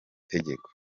itegeko